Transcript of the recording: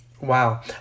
Wow